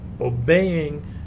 obeying